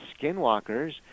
skinwalkers